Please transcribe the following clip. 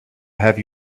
have